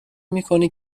میکنی